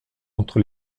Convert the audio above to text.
entre